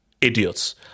idiots